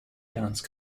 dance